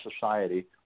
society